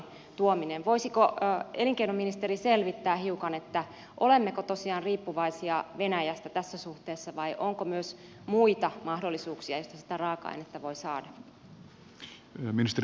voisiko elinkeinoministeri selvittää hiukan olemmeko tosiaan riippuvaisia venäjästä tässä suhteessa vai onko myös muita mahdollisuuksia mistä sitä raaka ainetta voi saada